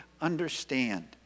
understand